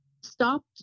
stopped